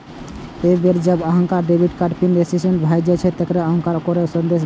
एक बेर जब अहांक डेबिट कार्ड पिन रीसेट भए जाएत, ते अहांक कें ओकर संदेश भेटत